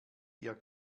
ihr